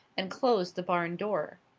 and closed the barn door.